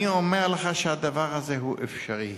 אני אומר לך שהדבר הזה הוא אפשרי.